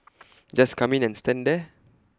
just come in and stand there